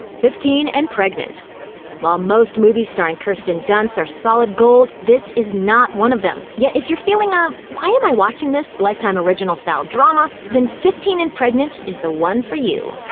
fifteen and pregnant while most movies starring kirsten dunst are solid gold, this is not one of them. yet if you're feeling a why am i watching this lifetime original-style drama, then fifteen and pregnant is the one for you.